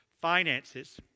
finances